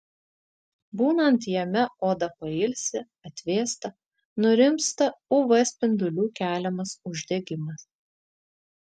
būnant jame oda pailsi atvėsta nurimsta uv spindulių keliamas uždegimas